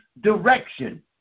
direction